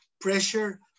pressure